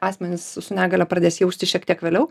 asmenys su negalia pradės jausti šiek tiek vėliau